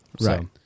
Right